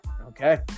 Okay